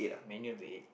Man-U number eight